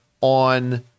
on